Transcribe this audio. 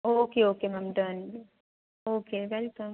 okay okay ma'am done okay welcome